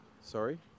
Sorry